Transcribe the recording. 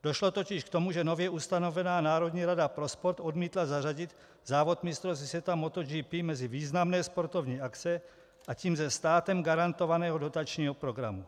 Došlo totiž k tomu, že nově ustanovená Národní rada pro sport odmítla zařadit závod mistrovství světa Moto GP mezi významné sportovní akce a tím ze státem garantovaného dotačního programu.